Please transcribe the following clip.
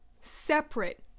separate